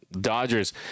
Dodgers